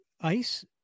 ice